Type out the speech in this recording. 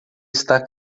está